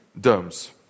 domes